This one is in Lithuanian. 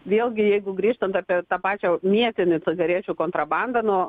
vėlgi jeigu grįžtant apie tą pačią mėtinių cigarečių kontrabandą nu